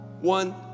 one